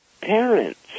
parents